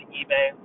eBay